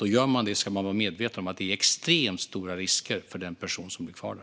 Om man ändå åker dit ska man vara medveten om riskerna är extremt stora för den som blir kvar där.